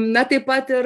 na taip pat ir